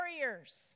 barriers